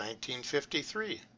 1953